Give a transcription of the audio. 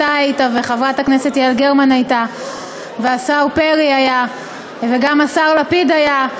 אתה היית וחברת הכנסת יעל גרמן הייתה והשר פרי היה וגם השר לפיד היה,